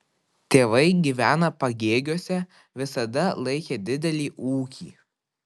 tėvai gyvena pagėgiuose visada laikė didelį ūkį